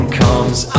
comes